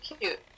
cute